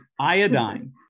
iodine